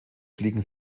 fliegen